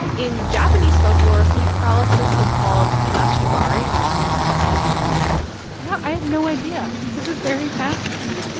in japanese folklore, sleep paralysis is called kanashibari, which means bound in metal yeah i had no idea. this is very fascinating.